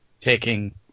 taking